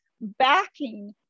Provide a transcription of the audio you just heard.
backing